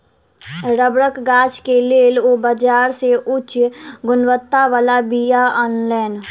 रबड़क गाछ के लेल ओ बाजार से उच्च गुणवत्ता बला बीया अनलैन